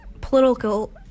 political